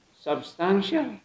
substantial